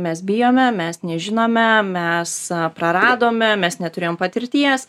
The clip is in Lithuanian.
mes bijome mes nežinome mes praradome mes neturėjom patirties